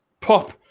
pop